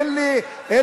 אין לי ציפיות.